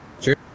sure